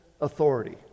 authority